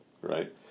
right